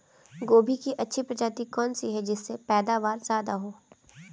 गोभी की अच्छी प्रजाति कौन सी है जिससे पैदावार ज्यादा हो?